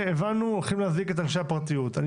הולכים לקרוא לכאן את אנשי הפרטיות.